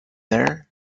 there